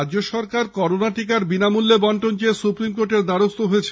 রাজ্য সরকার করোনা টিকার বিনামূল্যে বণ্টন চেয়ে সুপ্রিম কোর্টের দ্বারস্থ হয়েছে